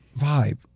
Vibe